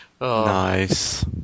Nice